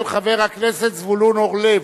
של חבר הכנסת זבולון אורלב.